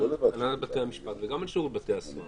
על הנהלת בתי המשפט וגם על שירות בתי הסוהר